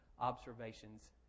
observations